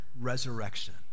resurrection